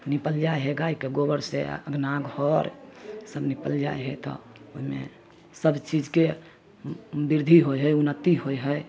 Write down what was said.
निपल जाइ हइ गाइके गोबरसँ अँगना घर सब निपल जाइ हइ तऽ ओहिमे सबचीजके वृद्धि होइ हइ उन्नति होइ हइ